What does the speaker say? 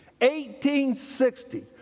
1860